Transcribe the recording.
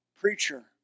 preacher